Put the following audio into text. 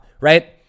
right